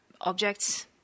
objects